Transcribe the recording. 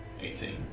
Eighteen